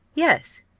yes,